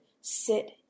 sit